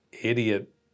idiot